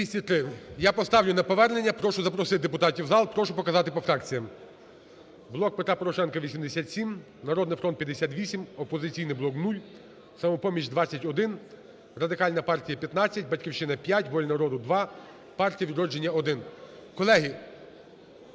Я поставлю на повернення, прошу запросити депутатів в зал, прошу показати по фракціях. "Блок Петра Порошенка" – 87, "Народний фронт" – 58, "Опозиційний блок" – 0, "Самопоміч" – 21, Радикальна партія – 15, "Батьківщина" – 5, "Воля народу" – 2, "Партія Відродження" – 1. Колеги,